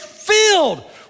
Filled